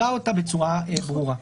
אבל הצעת החוק מבהירה את זה בצורה ברורה.